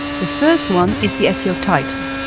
the first one is the seo title.